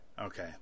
Okay